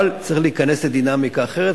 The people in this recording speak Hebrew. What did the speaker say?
אבל צריך להיכנס לדינמיקה אחרת,